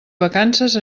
vacances